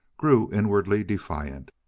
grew inwardly defiant.